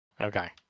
Okay